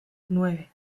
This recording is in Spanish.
nueve